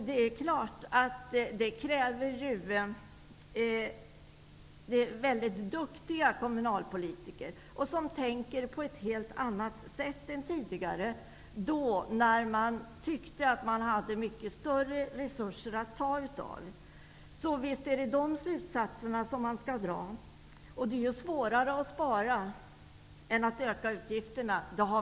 Det är klart att det kräver väldigt duktiga kommunalpolitiker som tänker på ett helt annat sätt än tidigare, då man tyckte att man hade mycket större resurser att ta av. Så visst är det dessa slutsatser som man skall dra. Det är svårare att spara än att öka utgifterna.